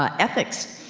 ah ethics.